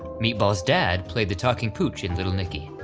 meatball's dad played the talking pooch in little nicky.